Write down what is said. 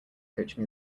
coaching